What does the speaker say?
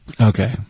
Okay